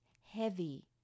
heavy